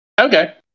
Okay